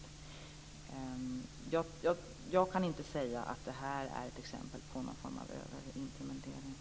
Jag kan inte säga att detta är ett exempel på någon form av överimplementering.